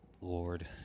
Lord